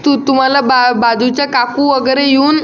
तु तुम्हाला बा बाजूच्या काकू वगैरे येऊन